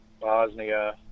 Bosnia